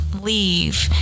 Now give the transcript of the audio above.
leave